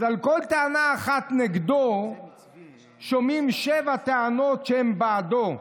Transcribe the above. אז על כל טענה אחת נגדו שומעים שבע טענות שהן בעדו,